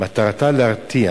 מטרתה להרתיע